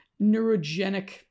neurogenic